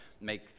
make